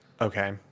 okay